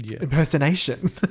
impersonation